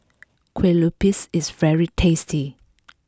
Kuih Lopes is very tasty